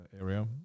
area